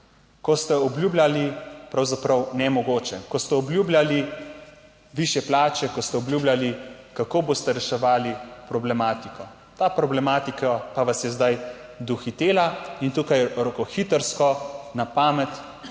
ko ste obljubljali pravzaprav nemogoče, ko ste obljubljali višje plače, ko ste obljubljali, kako boste reševali problematiko. Ta problematika pa vas je zdaj dohitela in tukaj rokohitrsko, na pamet,